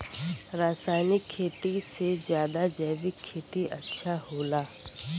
रासायनिक खेती से ज्यादा जैविक खेती अच्छा होला